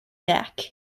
mack